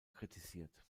kritisiert